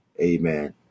amen